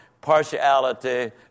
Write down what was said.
partiality